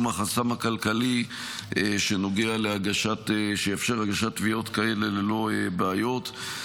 החסם הכלכלי שיאפשר הגשת תביעות כאלה ללא בעיות.